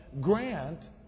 grant